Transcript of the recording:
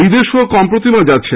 বিদেশেও কম প্রতিমা যাচ্ছে